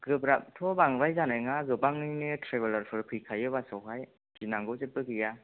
गोब्राबथ' बांद्राय जानाय नङा गोबाङैनो थ्रेबेलारफोरखौ फैखायो बासआवहाय गिनांगौ जेबो गैया